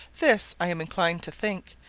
this, i am inclined to think,